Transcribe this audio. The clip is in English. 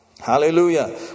Hallelujah